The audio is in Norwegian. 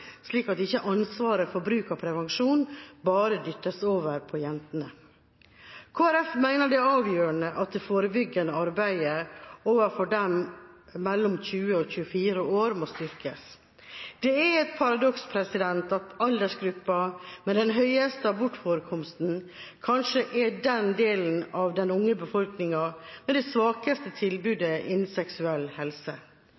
slik at ikke ansvaret for bruk av prevensjon bare dyttes over på jentene. Kristelig Folkeparti mener det er avgjørende at det forebyggende arbeidet overfor dem mellom 20 og 24 år må styrkes. Det er et paradoks at aldersgruppen med den høyeste abortforekomsten kanskje er den delen av den unge befolkninga med det svakeste